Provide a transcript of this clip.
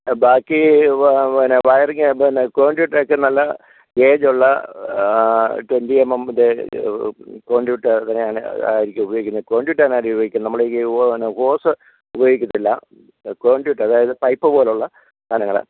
ബാക്കി വ പിന്നെ വയറിങ് പിന്നെ കോൺട്യൂട്ട് ഒക്കെ നല്ല ഏജ് ഉള്ള ട്വൻറ്റി എം എം മിൻ്റെ കോൺട്യൂട്ട് അങ്ങനെ ആയിരിക്കും ഉപയോഗിക്കുന്നത് കോൺട്യൂട്ട് ആണ് ഉപയോഗിക്കുന്നത് നമ്മുടെ ഈ ഓ പിന്നെ ഓസ് ഉപയോഗിക്കത്തില്ല കോൺട്യൂട്ട് അതായത് പൈപ്പ് പോലുള്ള സാധനങ്ങൾ